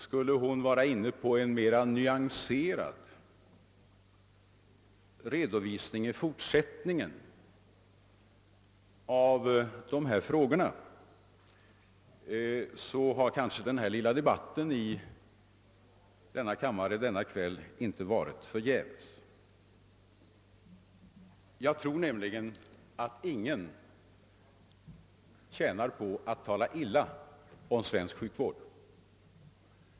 Skulle hon i fortsättningen komma fram till en mera nyanserad uppfattning i dessa frågor har kanske kvällens debatt i kammaren inte varit förgäves. Ingen tjänar nämligen på att tala illa om svensk sjukvård.